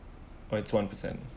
oh it's one percent